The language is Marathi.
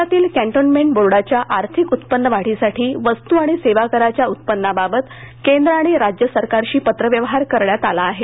देशातील कॅन्टोन्मेंट बोर्डाच्या आर्थिक उत्पन्न वाढीसाठी वस्तू आणि सेवाकराच्या उत्पन्नाबाबत केंद्र आणि राज्य सरकारशी पत्रव्यवहार करण्यात आला आहे